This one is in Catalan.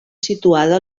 situada